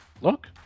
Look